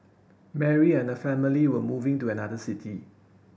Mary and family were moving to another city